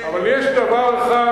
רותחת.